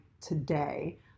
today